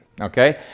okay